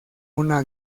una